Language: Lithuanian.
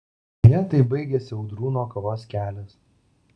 deja taip baigėsi audrūno kovos kelias